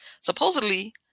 Supposedly